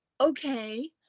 Okay